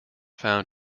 found